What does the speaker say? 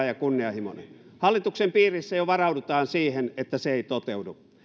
ja kunnianhimoinen hallituksen piirissä jo varaudutaan siihen että se ei toteudu